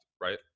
right